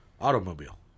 Automobile